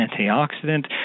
antioxidant